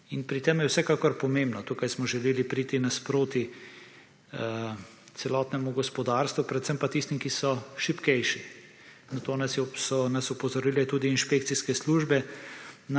In pri tem je vsekakor pomembno, tukaj smo želeli priti nasproti celotnemu gospodarstvu, predvsem pa tistim, ki so šibkejši. Na so nas opozorile tudi inšpekcijske službe.